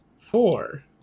four